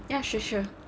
ya sure sure